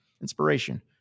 inspiration